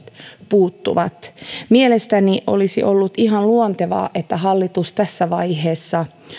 puuttuvat mielestäni olisi ollut ihan luontevaa että hallitus tässä vaiheessa